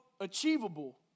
achievable